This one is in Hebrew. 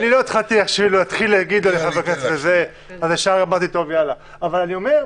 אני לא אמרתי שאני חבר כנסת, אבל אני אומר,